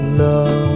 love